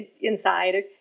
inside